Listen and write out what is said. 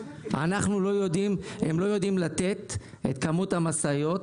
הם לא יודעים לתת את כמות המשאיות